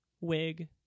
wig